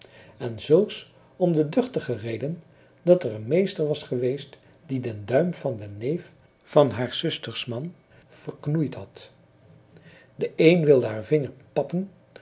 en zulks om de duchtige reden dat er een meester was geweest die den duim van den neef van haars zusters man verknoeid had de een wilde haar vinger pappen